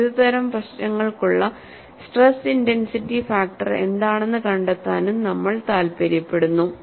വിവിധതരം പ്രശ്നങ്ങൾക്കുള്ള stress intensity factor എന്താണെന്ന് കണ്ടെത്താനും നമ്മൾ താൽപ്പര്യപ്പെടുന്നു